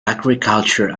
agriculture